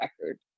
record